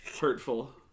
Hurtful